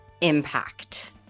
impact